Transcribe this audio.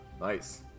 nice